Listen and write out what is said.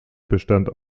bestand